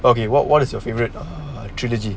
okay what what is your favourite trilogy